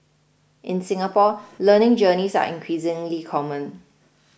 in Singapore learning journeys are increasingly common